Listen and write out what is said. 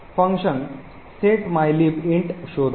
function set mylib int शोधा